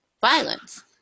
Violence